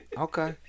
okay